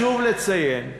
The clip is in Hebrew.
הצבנו סייגים,